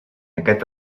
aquest